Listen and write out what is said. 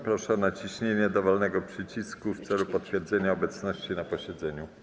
Proszę o naciśnięcie dowolnego przycisku w celu potwierdzenia obecności na posiedzeniu.